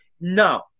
No